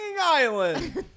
island